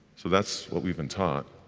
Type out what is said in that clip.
so that's what we've been taught.